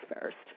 first